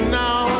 now